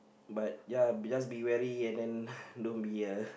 but ya just be wary and then don't be a